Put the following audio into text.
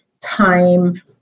time